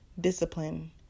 discipline